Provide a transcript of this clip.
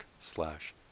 slash